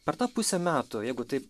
per tą pusę metų jeigu taip